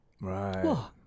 Right